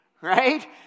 right